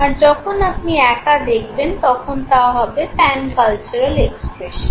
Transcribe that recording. আর যখন আপনি একা দেখবেন তখন তা হবে প্যান কালচারাল এক্সপ্রেশন